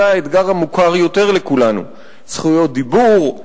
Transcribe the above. זה האתגר המוכר יותר לכולנו, זכויות דיבור,